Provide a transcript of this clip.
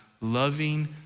loving